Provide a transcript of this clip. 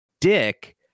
dick